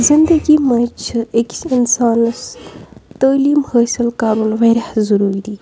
زندگی منٛز چھِ أکِس اِنسانَس تٲلیٖم حٲصِل کَرُن واریاہ ضروٗری